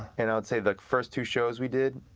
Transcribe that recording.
and i would say the first two shows we did,